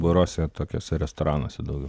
baruose tokiuose restoranuose daugiau